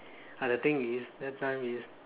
but the thing is that time is